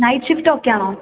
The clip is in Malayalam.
night shift ഓക്കെയാണോ